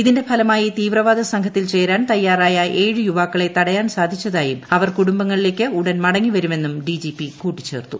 ഇതിന്റെ ഫലമായി തീവ്രവാദ സംഘത്തിൽ ചേരാൻ തയ്യാറായ ഏഴ് യുവാക്കളെ തടയാൻ സാധിച്ചതായും അവർ കുടുംബങ്ങളിലേക്ക് ഉടൻ മടങ്ങി വരുമെന്നും ഡിജിപി കൂട്ടിച്ചേർത്തു